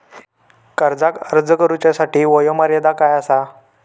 कर्जाक अर्ज करुच्यासाठी वयोमर्यादा काय आसा?